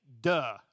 Duh